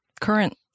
current